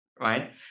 right